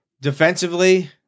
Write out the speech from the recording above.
defensively